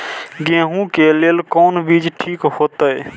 गेहूं के लेल कोन बीज ठीक होते?